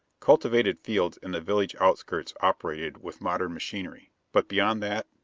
cultivated fields in the village outskirts operated with modern machinery. but beyond that,